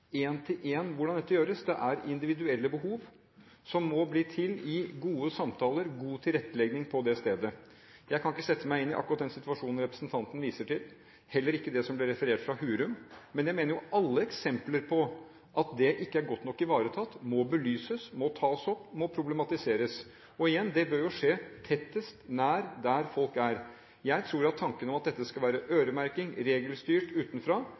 til én, i hvordan dette skal gjøres, det er individuelle behov, som må bli til i gode samtaler og god tilrettelegging på det enkelte stedet. Jeg kan ikke sette meg inn i akkurat den situasjonen representanten viser til, og heller ikke det som ble referert til fra Hurum, men jeg mener at alle eksempler på at det ikke er godt nok ivaretatt, må belyses, tas opp og problematiseres. Og igjen, det bør skje tett på og nært der hvor folk er. Jeg tror at tanken om at det skal være øremerking og regelstyrt utenfra,